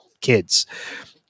kids